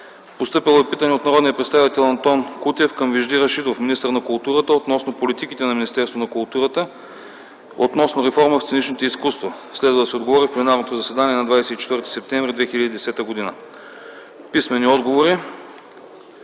Постъпило е питане от народния представител Антон Кутев към Вежди Рашидов – министър на културата относно политиките на Министерството на културата, относно реформа в сценичното изкуство. Следва да се отговори в пленарното заседание на 24 септември 2010 г. Писмени отговори: